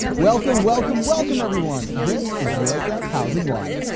welcome, welcome, welcome, everyone. this is usf housing live!